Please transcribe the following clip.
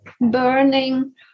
burning